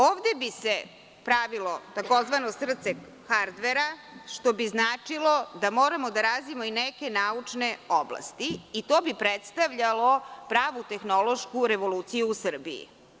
Ovde bi se pravilo takozvano srce hardvera, što bi značilo da moramo da razvijemo i neke naučne oblasti i to bi predstavljalo pravu tehnološku revoluciju u Srbiji.